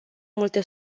multe